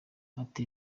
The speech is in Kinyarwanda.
ati